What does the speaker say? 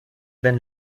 then